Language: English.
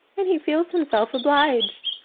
and he feels himself obliged,